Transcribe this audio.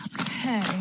Okay